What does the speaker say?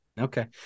Okay